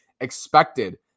expected